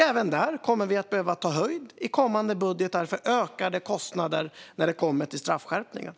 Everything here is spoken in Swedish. Även där kommer vi att behöva ta höjd i kommande budgetar för ökade kostnader, när det kommer till straffskärpningar.